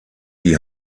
die